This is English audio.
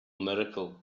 miracle